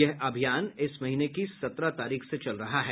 यह अभियान इस महीने के सत्रह तारीख से चल रहा है